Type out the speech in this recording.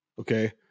Okay